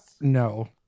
no